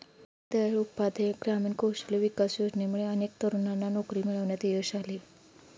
दीनदयाळ उपाध्याय ग्रामीण कौशल्य विकास योजनेमुळे अनेक तरुणांना नोकरी मिळवण्यात यश आले